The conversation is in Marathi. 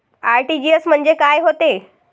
आर.टी.जी.एस म्हंजे काय होते?